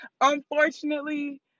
Unfortunately